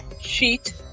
sheet